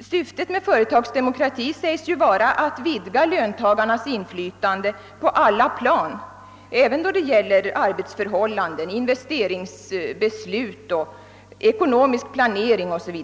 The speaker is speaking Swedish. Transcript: Syftet med företagsdemokrati säges vara att vidga löntagarnas inflytande på alla plan, även då det gäller arbetsförhållanden, investeringsbeslut, ekonomisk planering o.s. v.